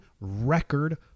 record